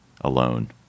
alone